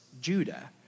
Judah